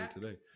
today